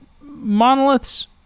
monoliths